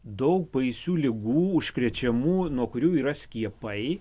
daug baisių ligų užkrečiamų nuo kurių yra skiepai